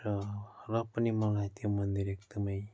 र र पनि मलाई त्यो मन्दिर एकदमै